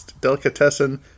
delicatessen